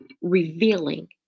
revealing